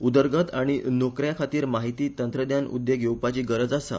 उदरगत आनी नोकऱ्यांखातीर माहिती तंत्रज्ञान उद्येग येवपाची गरज आसा